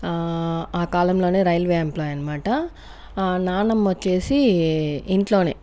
ఆ కాలంలోనే railway employee అన్నమాట నాన్నమ్మ వచ్చేసి ఇంట్లోనే